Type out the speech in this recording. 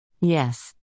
Yes